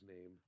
name